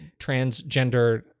transgender